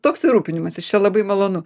toks ir rūpinimasis čia labai malonu